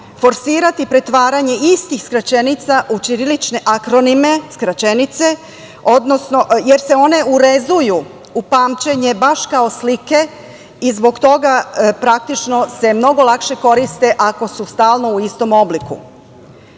forsirati pretvaranje istih skraćenica u ćirilične akronime skraćenice, odnosno jer se one urezuju u pamćenje baš kao slike i zbog toga praktično se mnogo lakše koriste ako su stalno u istom obliku. Kao